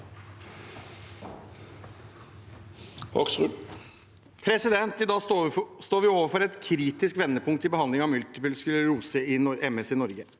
I dag står vi overfor et kritisk vendepunkt i behandlingen av multippel sklerose, MS, i Norge.